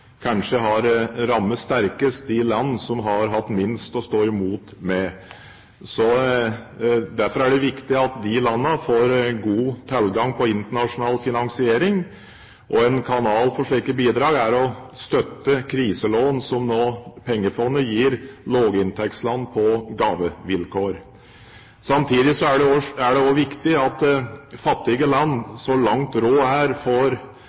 kanskje har rammet sterkest de land som har hatt minst å stå imot med. Derfor er det viktig at disse landene får god tilgang på internasjonal finansiering, og en kanal for slike bidrag er å støtte kriselån som Pengefondet nå gir lavinntektsland på gavevilkår. Samtidig er det også viktig at fattige land så langt råd er, får handlingsrom og